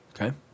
Okay